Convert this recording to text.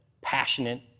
passionate